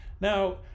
Now